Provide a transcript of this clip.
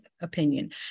opinion